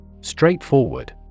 Straightforward